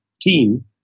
team